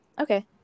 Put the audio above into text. okay